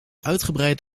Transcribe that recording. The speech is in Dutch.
uitgebreid